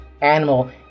animal